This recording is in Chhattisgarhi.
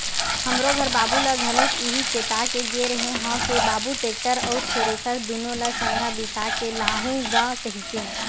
हमरो घर बाबू ल घलोक इहीं चेता के गे रेहे हंव के बाबू टेक्टर अउ थेरेसर दुनो ल संघरा बिसा के लाहूँ गा कहिके